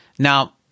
Now